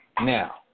Now